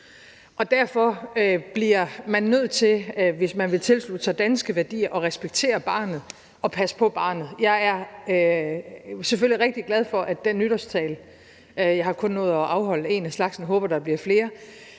og derfor bliver man nødt til, hvis man vil tilslutte sig danske værdier, at respektere barnet og passe på barnet. Jeg er selvfølgelig rigtig glad for, at den nytårstale – jeg har kun nået at afholde en af slagsen; håber, der bliver flere